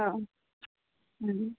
अ' ओम